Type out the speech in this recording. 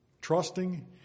Trusting